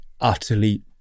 utterly